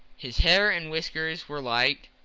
his hair and whiskers were light,